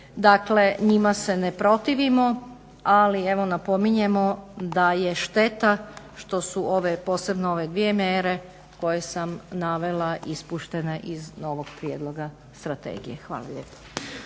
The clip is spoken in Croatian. dakle njima se ne protivimo, ali evo napominjemo da je šteta što su ove, posebno ove dvije mjere koje sam navela ispuštene iz novog prijedloga strategije. Hvala lijepa.